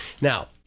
Now